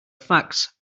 facts